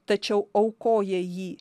tačiau aukoja jį